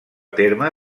terme